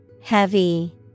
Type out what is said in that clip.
Heavy